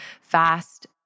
fast